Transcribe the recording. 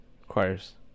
requires